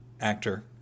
actor